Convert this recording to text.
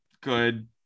good